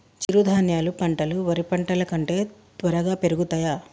చిరుధాన్యాలు పంటలు వరి పంటలు కంటే త్వరగా పెరుగుతయా?